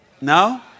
No